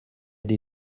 des